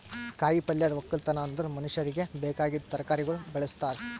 ಕಾಯಿ ಪಲ್ಯದ್ ಒಕ್ಕಲತನ ಅಂದುರ್ ಮನುಷ್ಯರಿಗಿ ಬೇಕಾಗಿದ್ ತರಕಾರಿಗೊಳ್ ಬೆಳುಸ್ತಾರ್